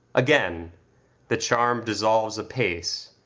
again the charm dissolves apace,